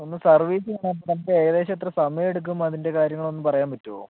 ഒന്ന് സർവീസ് ചെയ്യണമെങ്കിൽ ഏകദേശം എത്ര സമയമെടുക്കും അതിൻ്റെ കാര്യങ്ങൾ ഒന്ന് പറയാൻ പറ്റുമോ